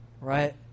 right